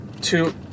two